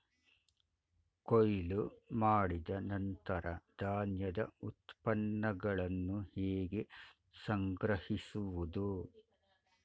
ಕೊಯ್ಲು ಮಾಡಿದ ನಂತರ ಧಾನ್ಯದ ಉತ್ಪನ್ನಗಳನ್ನು ಹೇಗೆ ಸಂಗ್ರಹಿಸುವುದು?